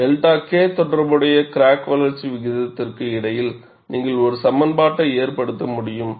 𝛅 K தொடர்பாக crack வளர்ச்சி விகிதத்திற்கு இடையில் நீங்கள் ஒரு சமன்பாட்டை ஏற்படுத்த முடியும்